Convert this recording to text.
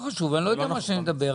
אני לא יודע על מה אני מדבר,